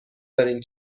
دارین